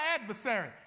adversary